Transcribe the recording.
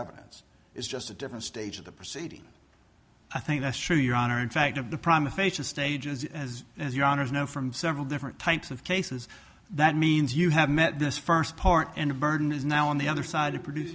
evidence is just a different stage of the proceeding i think that's true your honor in fact of the prime aphasia stages as well as your honors know from several different types of cases that means you have met this first part and a burden is now on the other side to produce